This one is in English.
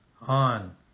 on